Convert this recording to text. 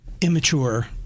immature